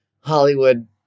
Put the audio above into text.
Hollywood